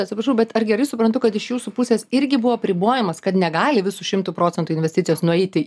atsiprašau bet ar gerai suprantu kad iš jūsų pusės irgi buvo apribojimas kad negali visu šimtu procentų investicijos nueiti